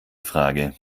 frage